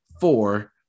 Four